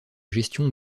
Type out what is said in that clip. gestion